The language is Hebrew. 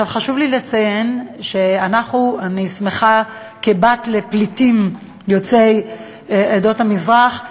חשוב לי לציין שכבת לפליטים יוצאי עדות המזרח,